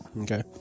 okay